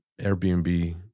Airbnb